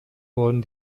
wurden